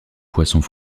poissons